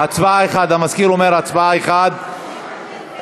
והצעת חוק-יסוד: משק המדינה (תיקון מס'